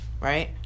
Right